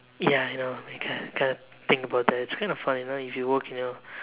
ya I know my god kind of think about that it's kind of funny you know if you work you know